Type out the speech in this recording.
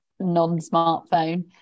non-smartphone